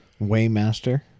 Waymaster